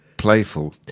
Playful